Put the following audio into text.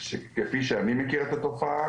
כפי שאני מכיר את התופעה,